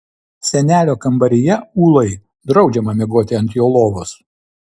senelio kambaryje ūlai draudžiama miegoti ant jo lovos